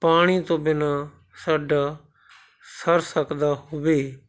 ਪਾਣੀ ਤੋਂ ਬਿਨ੍ਹਾਂ ਸਾਡਾ ਸਰ ਸਕਦਾ ਹੋਵੇ